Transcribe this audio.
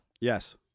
yes